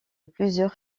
plusieurs